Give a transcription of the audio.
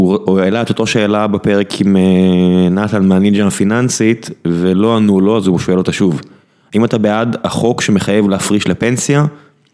הוא ראה את אותו שאלה בפרק עם נתן מניג'ן הפיננסית ולא ענו לו, אז הוא שואל אותה שוב. האם אתה בעד החוק שמחייב להפריש לפנסיה?